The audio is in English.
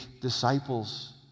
disciples